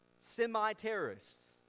semi-terrorists